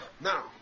Now